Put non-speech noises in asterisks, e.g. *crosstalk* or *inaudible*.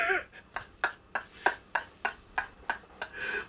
*laughs*